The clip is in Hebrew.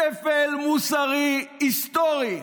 שפל מוסרי היסטורי.